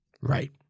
Right